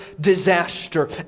disaster